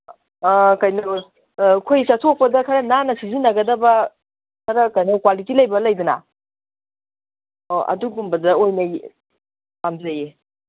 ꯀꯩꯅꯣ ꯑꯩꯈꯣꯏ ꯆꯠꯊꯣꯛꯄꯗ ꯈꯔ ꯅꯥꯟꯅ ꯁꯤꯖꯤꯟꯅꯒꯗꯕ ꯈꯔ ꯀꯩꯅꯣ ꯀ꯭ꯋꯥꯂꯤꯇꯤ ꯂꯩꯕ ꯂꯩꯗꯅ ꯑꯣ ꯑꯗꯨꯒꯨꯝꯕꯗ ꯑꯣꯏꯅ ꯄꯥꯝꯖꯩꯌꯦ